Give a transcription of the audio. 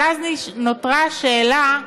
אבל אז נותרו השאלות: